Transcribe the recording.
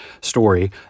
story